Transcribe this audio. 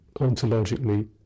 ontologically